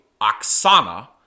Oksana